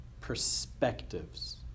perspectives